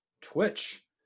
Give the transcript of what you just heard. twitch